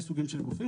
גופים.